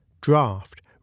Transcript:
draft